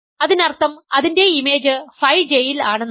അതിനർത്ഥം അതിൻറെ image phi J ഇൽ ആണെന്നാണ്